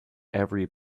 every